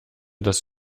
dass